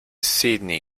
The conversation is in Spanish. sídney